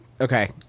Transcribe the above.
Okay